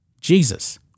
Jesus